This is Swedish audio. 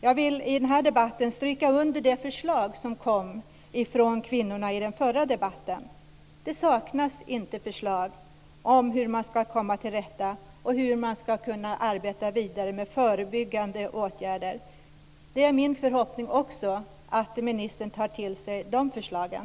Jag vill i den här debatten stryka under det förslag som kom från kvinnorna i den förra debatten. Det saknas inte förslag om hur man ska komma till rätta med problemen och hur man ska arbeta vidare med förebyggande åtgärder. Det är också min förhoppning att ministern tar till sig de förslagen.